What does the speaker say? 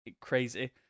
crazy